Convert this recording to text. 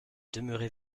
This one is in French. demeurer